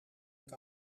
het